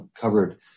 covered